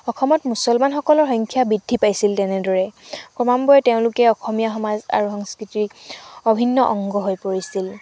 অসমত মুছলমান সকলৰ সংখ্যা বৃদ্ধি পাইছিল তেনেদৰে ক্ৰমান্ৱয়ে তেওঁলোকে অসমীয়া সমাজ আৰু সংস্কৃতিৰ অভিন্ন অংগ হৈ পৰিছিল